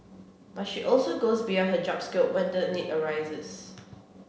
but she also goes beyond her job scope when the need arises